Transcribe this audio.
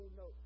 no